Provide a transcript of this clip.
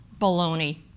Baloney